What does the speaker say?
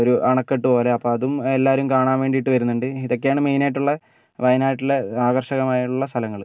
ഒരു അണക്കെട്ട് പോലെ അപ്പോൾ അതും എല്ലാവരും കാണാൻ വേണ്ടിയിട്ട് വരുന്നുണ്ട് ഇതൊക്കെയാണ് മെയിൻ ആയിട്ടുള്ള വയനാട്ടിലെ ആകർഷകമായുള്ള സ്ഥലങ്ങൾ